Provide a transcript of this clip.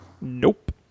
Nope